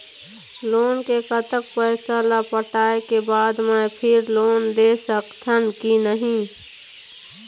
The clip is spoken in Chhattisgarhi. लोन के कतक पैसा ला पटाए के बाद मैं फिर लोन ले सकथन कि नहीं?